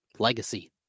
Legacy